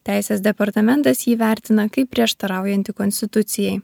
teisės departamentas jį vertina kaip prieštaraujantį konstitucijai